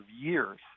years